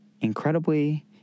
incredibly